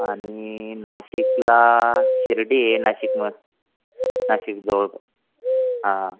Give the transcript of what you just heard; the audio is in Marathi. आणि नाशिकला शिर्डी आहे नाशिकम नाशिकजवळ